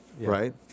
right